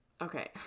Okay